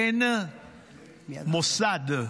אין מוסד,